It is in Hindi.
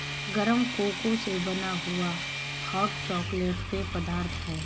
गरम कोको से बना हुआ हॉट चॉकलेट पेय पदार्थ है